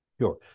Sure